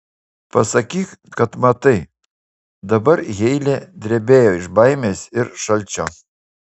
pasakyk kad matai dabar heile drebėjo iš baimės ir šalčio